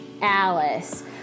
Alice